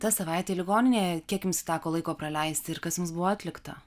ta savaitė ligoninėje kiek jums teko laiko praleisti ir kas jums buvo atlikta